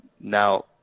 Now